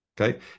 Okay